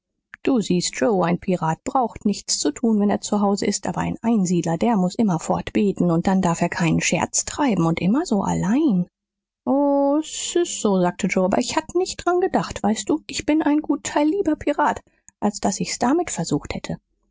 du siehst joe ein pirat braucht nichts zu tun wenn er zu hause ist aber ein einsiedler der muß immerfort beten und dann darf er keinen scherz treiben und immer so allein o s ist so sagte joe aber ich hatt nicht dran gedacht weißt du ich bin ein gut teil lieber pirat als daß ich's damit versucht hätte